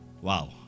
Wow